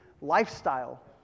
lifestyle